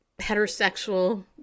heterosexual